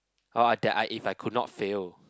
or that I if I could not fail